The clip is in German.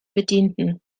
bedienten